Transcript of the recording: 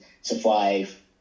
survive